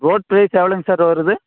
road price எவ்ளோங்க sir வருது